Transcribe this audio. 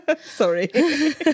Sorry